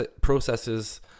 processes